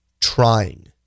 trying